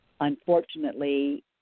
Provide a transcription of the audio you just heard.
unfortunately